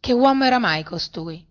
che uomo era mai costui